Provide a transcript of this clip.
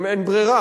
אם אין ברירה.